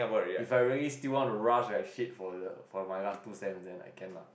if I really still want to rush like shit for the for my last two sems then I can lah